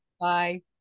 Bye